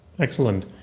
Excellent